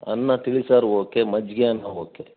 ಅನ್ನ ತಿಳಿಸಾರು ಓಕೆ ಮಜ್ಜಿಗೆ ಅನ್ನ ಓಕೆ